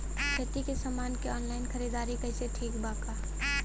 खेती के समान के ऑनलाइन खरीदारी कइल ठीक बा का?